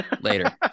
Later